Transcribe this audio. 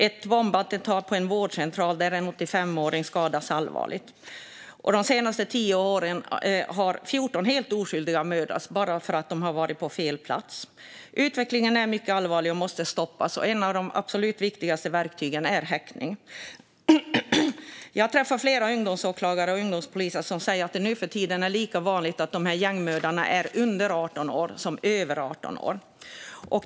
Ett bombattentat sker på en vårdcentral, där en 85-åring skadas allvarligt. De senaste tio åren har 14 helt oskyldiga mördats bara för att de har varit på fel plats. Utvecklingen är mycket allvarlig och måste stoppas. Ett av de absolut viktigaste verktygen är häktning. Jag har träffat flera ungdomsåklagare och ungdomspoliser som säger att det nu för tiden är lika vanligt att gängmördare är under 18 år som att de är över 18 år.